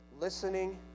Listening